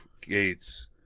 Gates